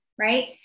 right